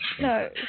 No